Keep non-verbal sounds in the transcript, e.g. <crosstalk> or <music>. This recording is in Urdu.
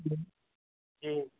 <unintelligible> جی